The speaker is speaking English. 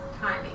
timing